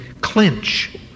clinch